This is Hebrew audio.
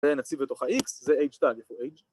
נציב לתוך ה-X, זה H'